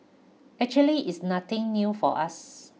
actually it's nothing new for us